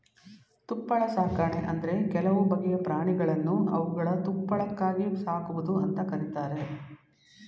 ತುಪ್ಪಳ ಸಾಕಣೆ ಅಂದ್ರೆ ಕೆಲವು ಬಗೆಯ ಪ್ರಾಣಿಗಳನ್ನು ಅವುಗಳ ತುಪ್ಪಳಕ್ಕಾಗಿ ಸಾಕುವುದು ಅಂತ ಕರೀತಾರೆ